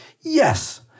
Yes